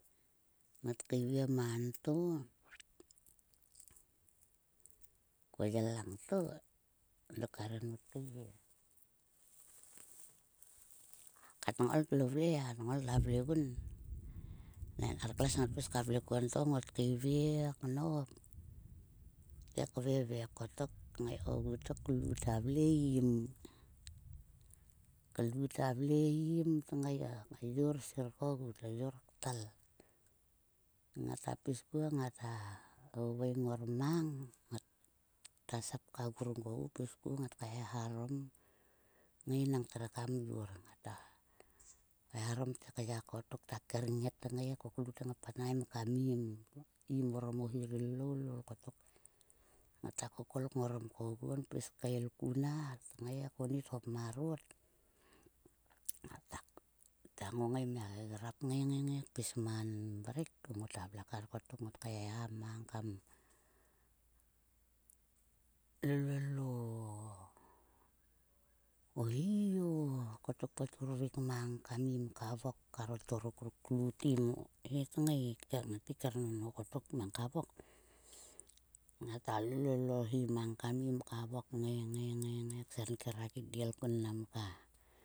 Ngot keivie manto ko yel langto, dok kar en mot keivie. Ka tnokol tlo vle e ka tnokol ta vle ogun. Nang en kar kles ngat pis ka vle kuon to ngot keivie knop. Te kveve kotok kngai kogu to klu ta vle im. Klu ta vle im tngai yor sir kogu, tyor ktel. Ngata pis kuon ngata voveing ngor mang. Ngota sap ka grung kogu kaehaharom ngai nang tve kam yor. Ngata kaeharom te kya kottok. Ta kernget kngai ko klu tngai panaim kmim. Tim orom o hi ri loul loul kottok. Ngata kokol kngorom koguon. Kael ku na tkonit hop marot. Ngata ta ngongai mia gegrap kngai ngai mia pis man mrek. Ngota vle kar kottok. Ngot kaeheha mang kam lolol o hi o kotok po turvik kam im ka vok, karo torok ruk klu tim he tngai, ngat ngae kernonho ko kim ka wok. Ngata lolol o hi mang kam im ka wok kngai ngai ngai kam senker a gidiel kun namka.